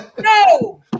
No